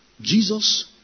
Jesus